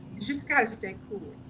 just gotta stay cool.